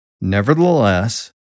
Nevertheless